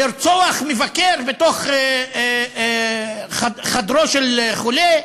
לרצוח מבקר בתוך חדרו של חולה?